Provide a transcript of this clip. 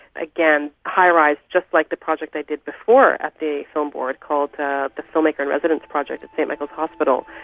again, highrise, just like the project they did before at the film board called the the filmmaker in residence project at st michael's hospital,